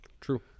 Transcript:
True